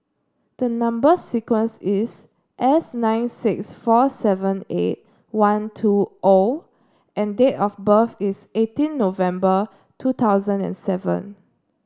the number sequence is S nine six four seven eight one two O and date of birth is eighteen November two thousand and seven